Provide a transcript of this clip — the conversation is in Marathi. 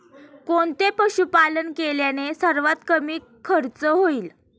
कोणते पशुपालन केल्याने सर्वात कमी खर्च होईल?